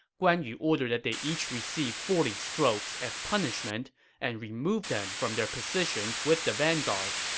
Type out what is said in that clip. guan yu ordered that they each receive forty strokes as punishment and removed them from their positions with the vanguard.